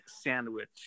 sandwich